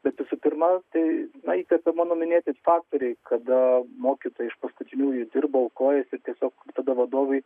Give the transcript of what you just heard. bet visų pirma tai įkvepia mano minėti faktoriai kada mokytojai iš paskutiniųjų dirba aukojosi tiesiog tada vadovai